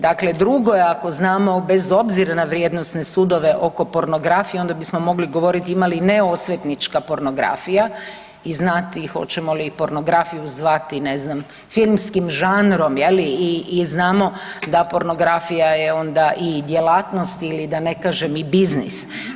Dakle, drugo je ako znamo bez obzira na vrijednosne sudove oko pornografije onda bismo mogli govoriti ima li ne osvetnička pornografija i znati hoćemo li pornografiju zvati ne znam filmskim žanrom i znamo da pornografija je onda i djelatnost ili da ne kažem i biznis.